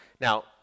Now